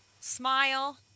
Smile